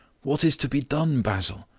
what is to be done, basil?